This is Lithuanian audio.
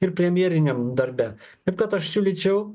ir premjeriniam darbe taip kad aš siūlyčiau